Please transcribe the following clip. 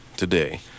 Today